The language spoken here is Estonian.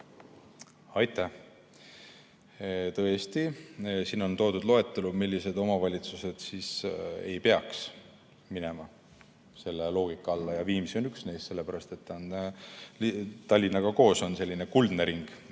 Aitäh! Tõesti, siin on toodud loetelu, millised omavalitsused ei peaks minema selle loogika alla ja Viimsi on üks neist, sellepärast et ta on Tallinnaga koos selline kuldne ring